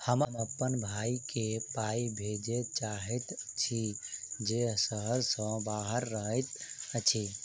हम अप्पन भयई केँ पाई भेजे चाहइत छि जे सहर सँ बाहर रहइत अछि